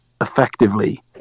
effectively